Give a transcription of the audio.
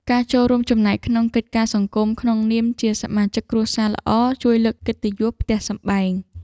ការចូលរួមចំណែកក្នុងកិច្ចការសង្គមក្នុងនាមជាសមាជិកគ្រួសារល្អជួយលើកកិត្តិយសផ្ទះសម្បែង។